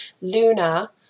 Luna